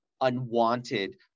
unwanted